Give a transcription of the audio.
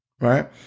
right